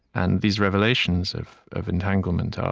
and these revelations of of entanglement, ah